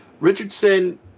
Richardson